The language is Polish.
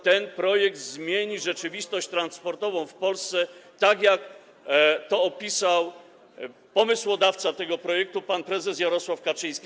Ten projekt zmieni rzeczywistość transportową w Polsce, tak jak to opisał pomysłodawca tego projektu pan prezes Jarosław Kaczyński.